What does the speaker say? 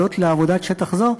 הודות לעבודת שטח זו,